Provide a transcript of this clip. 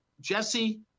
Jesse